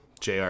JR